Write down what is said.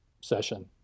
session